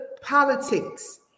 politics